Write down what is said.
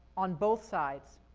on both sides.